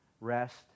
rest